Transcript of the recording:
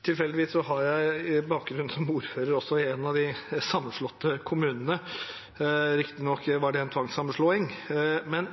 Tilfeldigvis har jeg bakgrunn som ordfører i en av de sammenslåtte kommunene. Riktignok var det en tvangssammenslåing, men